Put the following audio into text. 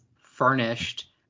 furnished